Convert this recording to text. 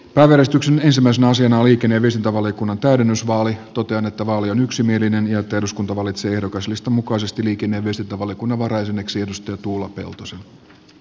pääväristyksen ensimmäisen osan oikenemisesta valiokunnan täydennysvaali totean että vaali on yksimielinen ja että eduskunta valitsee ehdokaslistan mukaisesti liikenne ja viestintävaliokunnan varajäseneksi tuula peltos